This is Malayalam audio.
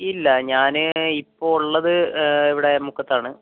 ഇല്ല ഞാന് ഇപ്പോൾ ഉള്ളത് ഇവിടെ മുക്കത്താണ്